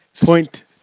Point